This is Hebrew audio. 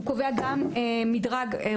הוא קובע מדרג של עבירות.